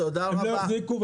הם לא יחזיקו.